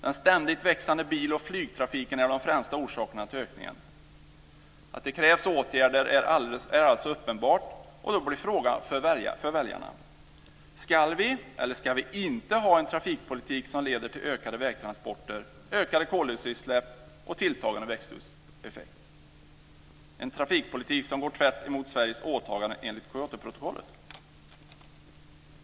Den ständigt växande bil och flygtrafiken är den främsta orsaken till ökningen. Att det krävs åtgärder är alltså uppenbart. Då blir frågan för väljarna: Ska vi eller ska vi inte ha en trafikpolitik som leder till ökade vägtransporter, ökade koldioxidutsläpp och tilltagande växthuseffekt, en trafikpolitik som går tvärtemot Sveriges åtaganden enligt Kyotoprotokollet?